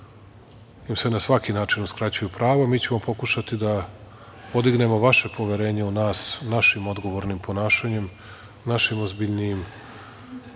im se na svaki način uskraćuju prava. Mi ćemo pokušati da podignemo vaše poverenje u nas, našim odgovornim ponašanjem, našim ozbiljnijim